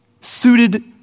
suited